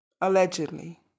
Allegedly